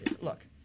look